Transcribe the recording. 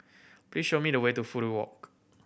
please show me the way to Fudu Walk